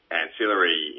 ancillary